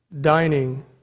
Dining